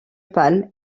palme